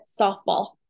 softball